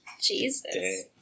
Jesus